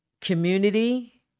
Community